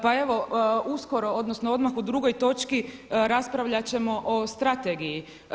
Pa evo uskoro, odnosno odmah u drugoj točki raspravljat ćemo o strategiji.